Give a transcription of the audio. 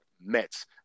Mets